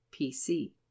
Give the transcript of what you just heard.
PC